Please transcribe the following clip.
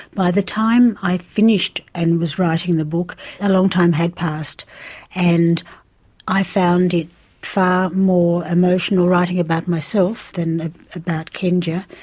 by the time i'd finished and was writing the book a long time had passed and i found it far more emotional writing about myself than about kenja.